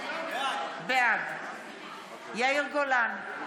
בעד יאיר גולן,